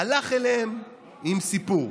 הלך אליהם עם סיפור,